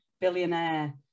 billionaire